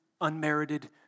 unmerited